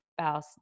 spouse